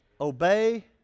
obey